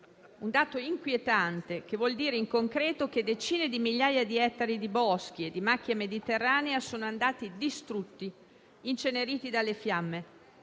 un dato inquietante, che vuol dire in concreto che decine di migliaia di ettari di boschi e di macchia mediterranea sono andati distrutti, inceneriti dalle fiamme,